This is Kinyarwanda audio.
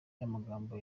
amagambo